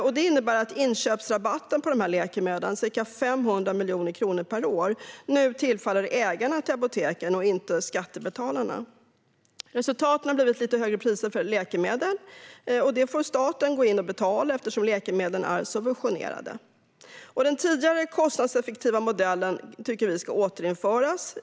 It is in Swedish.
Detta innebär att inköpsrabatten på dessa läkemedel - ca 500 miljoner kronor per år - nu tillfaller ägarna till apoteken och inte skattebetalarna. Resultatet har blivit lite högre priser för läkemedel. Detta får staten gå in och betala, eftersom läkemedlen är subventionerade. Vi tycker att den tidigare kostnadseffektiva modellen ska återinföras.